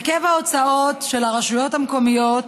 הרכב ההוצאות של הרשויות המקומיות